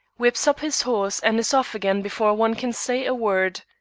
whips up his horse and is off again before one can say a word.